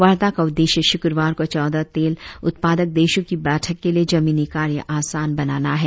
वार्ता का उद्देश्य शुक्रवार को चौदह तेल उत्पादक देशों की बैठक के लिए जमीनी कार्य आसान बनाना है